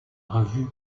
revue